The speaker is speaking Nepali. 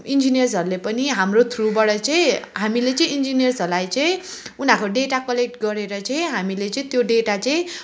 इन्जिनियर्सहरूले पनि हाम्रो थ्रुबाट चाहिँ हामीले चाहिँ इन्जिनियर्सहरूलाई चाहिँ उनीहरूको डेटा कलेक्ट गरेर चाहिँ हामीले चाहिँ त्यो डेटा चाहिँ